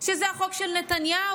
שזה החוק של נתניהו,